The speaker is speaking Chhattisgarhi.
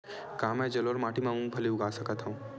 का मैं जलोढ़ माटी म मूंगफली उगा सकत हंव?